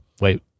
Wait